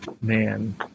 man